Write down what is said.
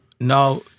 now